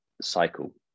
cycle